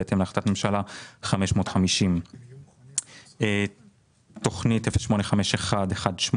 בהתאם להחלטת ממשלה 550. תוכנית 0851/18